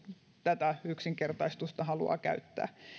tätä yksinkertaistusta haluaa käyttää